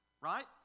right